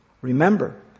Remember